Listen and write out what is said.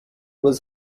was